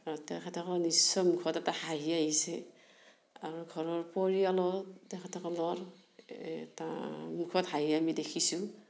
আৰু তেখেেতসকলৰো নিশ্চয় মুখত এটা হাঁহি আহিছে আৰু ঘৰৰ পৰিয়ালৰ তেখতসকলৰ এই এটা মুখত হাঁহি আমি দেখিছোঁ